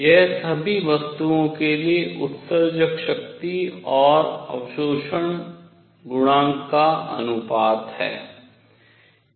यह सभी वस्तुओं के लिए उत्सर्जक शक्ति और अवशोषण गुणांक का अनुपात है